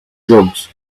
drugs